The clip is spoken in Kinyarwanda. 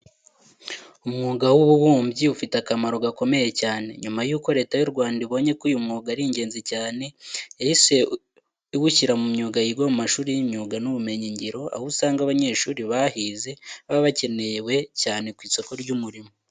Umwuga w'ububumbyi ufite akamaro gakomeye cyane. Nyuma yuko Leta y'u Rwanda ibonye ko uyu mwuga ari ingenzi cyane yahise uwushyira mu myuga yigwa mu mashuri y'imyuga n'ubumenyingiro. Aho usanga abanyeshuri bahize baba bakenewe cyane ku isoko ry'umurimo.